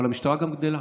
אבל המשטרה גם גדלה.